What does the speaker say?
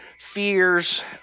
fears